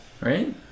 Right